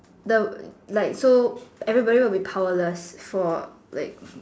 so like everybody will be powerless for like